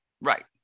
right